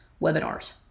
webinars